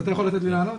אתה יכול לתת לי לענות?